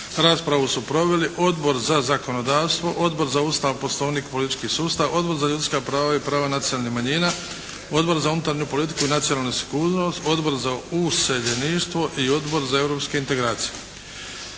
Raspravu su proveli Odbor za zakonodavstvo, Odbor za Ustav, poslovnik i politički sustav, Odbor za ljudska prava i prava nacionalnih manjina, Odbor za unutarnju politiku i nacionalnu sigurnost, Odbor za useljeništvo i Odbor za europske integracije.